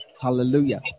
Hallelujah